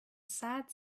sad